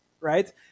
right